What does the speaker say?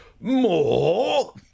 more